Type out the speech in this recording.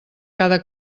cada